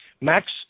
Max